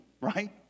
right